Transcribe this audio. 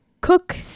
cook